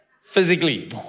Physically